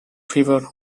fever